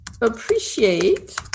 appreciate